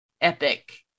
epic